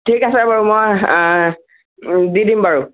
ঠিক আছে বাৰু মই দি দিম বাৰু